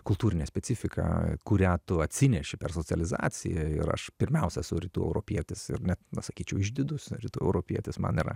kultūrinė specifika kurią tu atsineši per socializaciją ir aš pirmiausia esu rytų europietis ir net na sakyčiau išdidus rytų europietis man yra